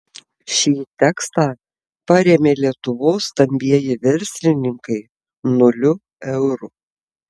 šį tekstą parėmė lietuvos stambieji verslininkai nuliu eurų